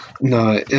no